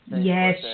Yes